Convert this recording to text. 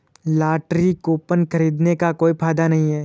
lottery coupon खरीदने का कोई फायदा नहीं होता है